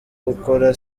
gukora